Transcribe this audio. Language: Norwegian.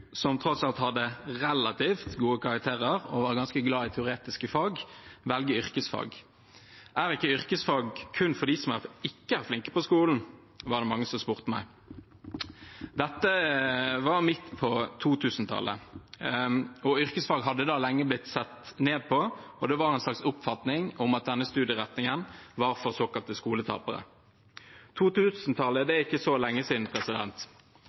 som tross alt hadde relativt gode karakterer og var ganske glad i teoretiske fag, velge yrkesfag? Er ikke yrkesfag kun for dem som ikke er flinke på skolen? Det var det mange som spurte meg. Dette var midt på 2000-tallet, og yrkesfag hadde da lenge blitt sett ned på, og det var en slags oppfatning om at denne studieretningen var for såkalte skoletapere. Det er ikke så lenge